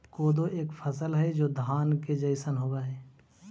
कोदो एक फसल हई जो धान के जैसन होव हई